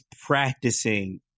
practicing